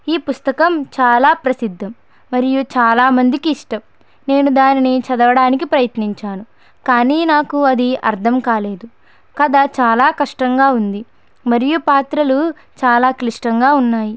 ఈ పుస్తకం చాలా ప్రసిద్ది మరియు చాలామందికి ఇష్టం నేను దానిని చదవడానికి ప్రయత్నించాను కానీ నాకు అది అర్థం కాలేదు కథ చాలా కష్టంగా ఉంది మరియు పాత్రలు చాలా క్లిష్టంగా ఉన్నాయి